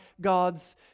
God's